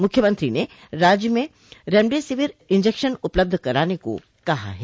मुख्यमंत्री ने राज्य में रेमडेसिविर इन्जेक्शन उपलब्ध कराने को कहा है